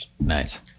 Nice